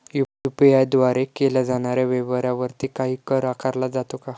UPI द्वारे केल्या जाणाऱ्या व्यवहारावरती काही कर आकारला जातो का?